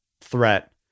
threat